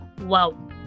Wow